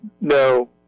No